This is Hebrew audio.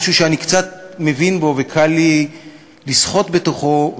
משהו שאני קצת מבין בו וקל לי לשחות בתוכו.